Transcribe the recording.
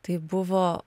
tai buvo